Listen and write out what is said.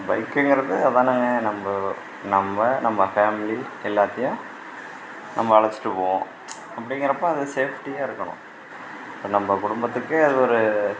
பைக்குங்குறது அதானங்க நம்ப நம்ம நம்ம ஃபேமிலி எல்லாத்தையும் நம்ம அழைச்சிட்டு போவோம் அப்படிங்குறப்போ அது சேஃப்டியாக இருக்கணும் இப்போ நம்ப குடும்பத்துக்கே அது ஒரு